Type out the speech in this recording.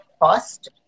cost